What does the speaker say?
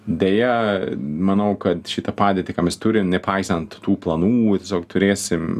deja manau kad šitą padėtį ką mes turim nepaisant tų planų tiesiog turėsim